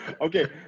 Okay